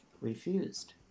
refused